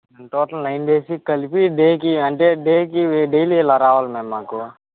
total nine డేస్కి కలిపి డేకి అంటే డేకి డెయిలీ ఇలా రావాలి మ్యామ్ మాకు